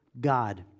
God